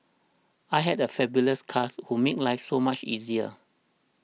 I had a fabulous cast who made life so much easier